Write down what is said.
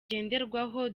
ngenderwaho